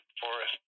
forest